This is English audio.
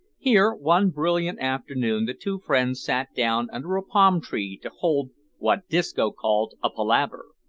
here, one brilliant afternoon, the two friends sat down under a palm-tree to hold what disco called a palaver.